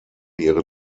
ihre